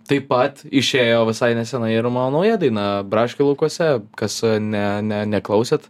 taip pat išėjo visai nesenai ir mano nauja daina braškių laukuose kas ne ne neklausėt